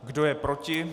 Kdo je proti?